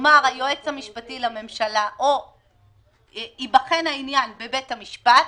יאמר היועץ המשפטי לממשלה או ייבחן העניין בבית המשפט